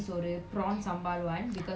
I also ate prawn sambal